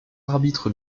arbitre